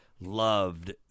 loved